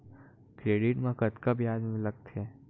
Credit मा कतका ब्याज लगथे?